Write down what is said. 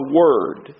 word